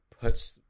puts